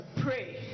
pray